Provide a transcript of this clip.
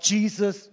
Jesus